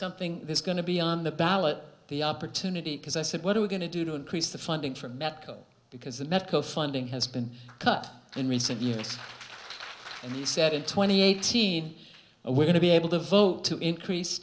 something there's going to be on the ballot the opportunity because i said what are we going to do to increase the funding for america because the medco funding has been cut in recent years and he said twenty eighteen and we're going to be able to vote to increase